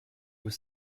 was